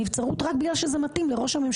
נבצרות ראש הממשלה